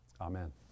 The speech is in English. Amen